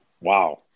Wow